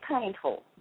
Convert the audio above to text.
painful